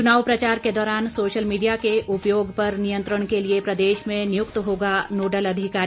चुनाव प्रचार के दौरान सोशल मीडिया के उपयोग पर नियंत्रण के लिए प्रदेश में नियुक्त होगा नोडल अधिकारी